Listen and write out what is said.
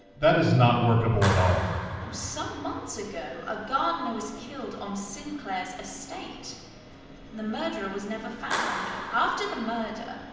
that is not workable at all. janet some months ago, a gardener was killed on sinclair's estate, and the murderer was never found after the murder,